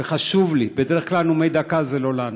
וחשוב לי, בדרך כלל נאומי דקה זה לא לענות.